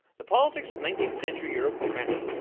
the politics of nineteenth century europe were messy.